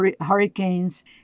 hurricanes